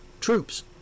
troops